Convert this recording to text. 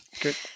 Good